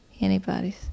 antibodies